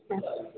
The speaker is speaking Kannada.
ಹಾಂ